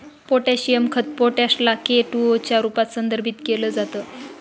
potassium खत potash ला K two O च्या रूपात संदर्भित केल जात